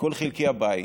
מכל חלקי הבית,